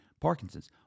Parkinson's